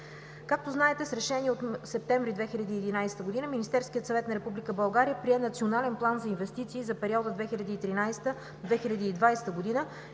Както знаете, с решение от септември 2011 година Министерският съвет на Република България прие Националния план за инвестиции за периода 2013-2020 г. и